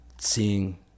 seeing